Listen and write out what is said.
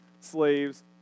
slaves